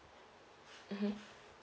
mmhmm